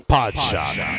Podshot